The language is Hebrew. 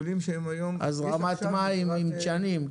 הזרמת מים עם דשנים.